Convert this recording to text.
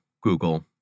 Google